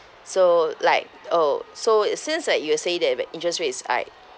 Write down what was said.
so like oh so if since like you say that uh interest rates is high